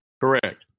Correct